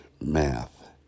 math